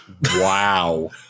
Wow